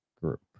Group